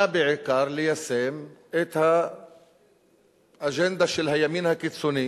בעיקר ליישם את האג'נדה של הימין הקיצוני